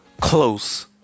close